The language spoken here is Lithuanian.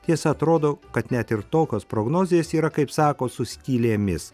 tiesa atrodo kad net ir tokios prognozės yra kaip sako su skylėmis